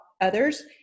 others